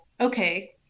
okay